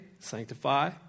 Sanctify